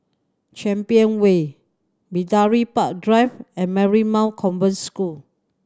Champion Way Bidadari Park Drive and Marymount Convent School